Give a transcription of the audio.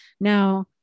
Now